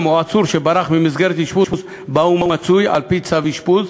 או עצור שברח ממסגרת אשפוז שבה הוא מצוי על-פי צו אשפוז,